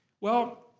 well,